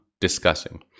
discussing